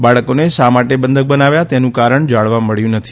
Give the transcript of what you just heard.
બાળકોને શા માટે બંધક બનાવ્યા તેનું કારણ જાણવા મળ્યું નથી